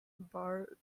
bar